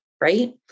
right